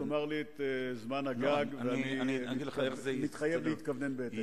תאמר לי את זמן הגג ואני מתחייב להתכוונן בהתאם.